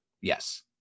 Yes